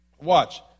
watch